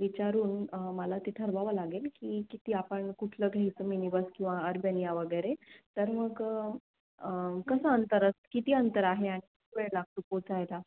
विचारून मला ते ठरवावं लागेल की किती आपण कुठलं घ्यायचं मिनी बस किंवा अर्बेनिया वगैरे तर मग कसं अंतर अस किती अंतर आहे आणि वेळ लागतो पोचायला